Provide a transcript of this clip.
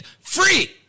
free